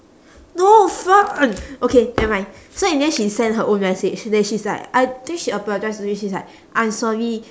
no fern okay never mind so in the end she send her own message then she's like I think she apologise to him she's like I'm sorry